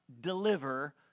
deliver